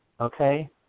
Okay